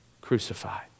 crucified